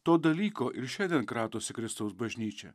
to dalyko ir šiandien kratosi kristaus bažnyčia